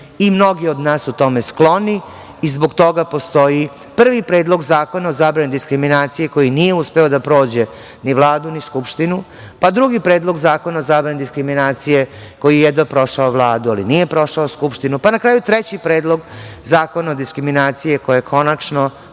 i mnogi od nas su tome skloni i zbog toga postoji prvi Predlog zakona o zabrani diskriminaciji koji nije uspeo da prođe ni Vladu ni Skupštinu, pa drugi Predlog zakona o zabrani diskriminacije koji je jedva prošao Vladu, ali nije prošao Skupštinu, pa na kraju treći Predlog zakona o diskriminaciji koji je konačno